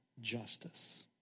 justice